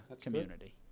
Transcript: community